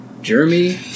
Jeremy